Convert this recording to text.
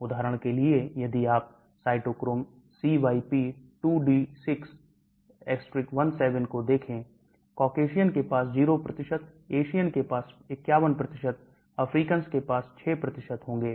उदाहरण के लिए यदि आप इस cytochrome CYP2D6 17 को देखें Caucasian के पास 0 Asian के पास 51 Africans के पास 6 होंगे